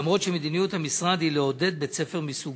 אף שמדיניות המשרד היא לעודד בתי-ספר מסוגו.